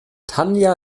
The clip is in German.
tanja